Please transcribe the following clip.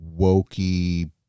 wokey